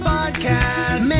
Podcast